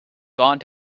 gone